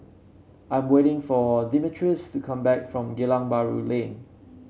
I'm waiting for Demetrius to come back from Geylang Bahru Lane